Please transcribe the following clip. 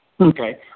Okay